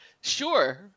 sure